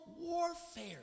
warfare